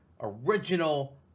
original